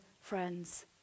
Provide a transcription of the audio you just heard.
friends